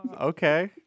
Okay